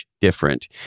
different